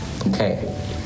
Okay